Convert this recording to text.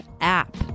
app